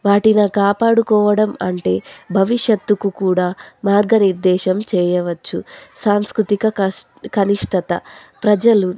వాటిని కాపాడుకోవడం అంటే భవిష్యత్తుకు కూడా మార్గ నిర్దేశం చేయవచ్చు సాంస్కృతిక కష్ట కనిష్టత ప్రజలు